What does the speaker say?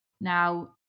now